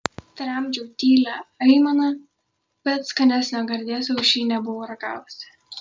tramdžiau tylią aimaną bet skanesnio gardėsio už šį nebuvau ragavusi